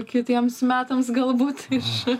kitiems metams galbūt iš